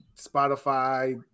Spotify